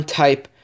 type